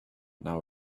not